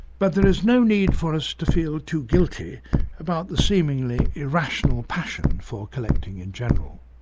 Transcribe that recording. but there is no need for us to feel too guilty about the seemingly irrational passion for collecting in general.